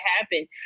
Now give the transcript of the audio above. happen